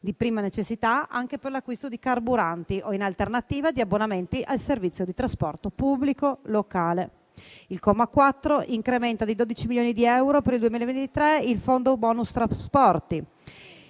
di prima necessità, anche per l'acquisto di carburanti o, in alternativa, di abbonamenti al servizio di trasporto pubblico locale. Il comma 4 incrementa di 12 milioni di euro per il 2023 il fondo *bonus* trasporti.